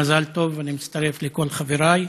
מזל טוב, אני מצטרף לכל חברי.